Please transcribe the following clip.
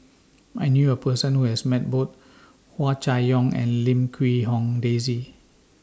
I knew A Person Who has Met Both Hua Chai Yong and Lim Quee Hong Daisy